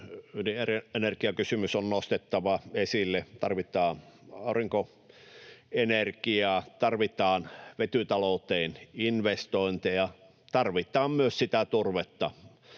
ydinenergiakysymys on nostettava esille, tarvitaan aurinkoenergiaa, tarvitaan vetytalouteen investointeja, tarvitaan myös sitä turvetta